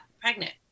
pregnant